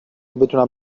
بتونم